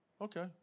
Okay